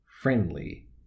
friendly